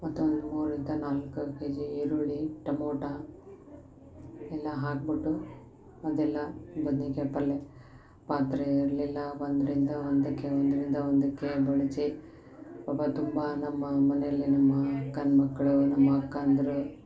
ಮೂರು ಮೂರಿಂದ ನಾಲ್ಕು ಕೆಜಿ ಈರುಳ್ಳಿ ಟಮೋಟ ಎಲ್ಲ ಹಾಕ್ಬುಟ್ಟು ಅದೆಲ್ಲ ಬದ್ನಿಕಾಯಿ ಪಲ್ಲೆ ಪಾತ್ರೆ ಇರಲಿಲ್ಲ ಒಂದರಿಂದ ಒಂದಕ್ಕೆ ಒಂದರಿಂದ ಒಂದಕ್ಕೆ ಬಡ್ಚಿ ಅಬ್ಬ ತುಂಬಾ ನಮ್ಮ ಮನೇಲಿ ನಮ್ಮ ಅಕ್ಕನ ಮಕ್ಕಳು ನಮ್ಮ ಅಕ್ಕಂದಿರು